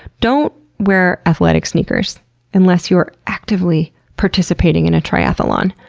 don't wear athletic sneakers unless you are actively participating in a triathlon.